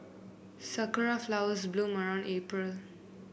sakura flowers bloom around April